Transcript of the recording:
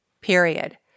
period